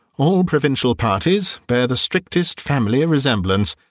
all provincial parties bear the strictest family resemblance,